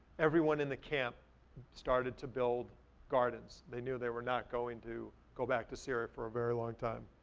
everyone in the camp started to build gardens. they knew they were not going to go back to syria for a very long time.